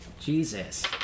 Jesus